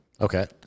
Okay